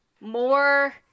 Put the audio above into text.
more